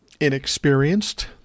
inexperienced